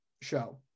show